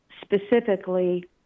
specifically